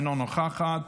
אינה נוכחת,